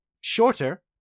shorter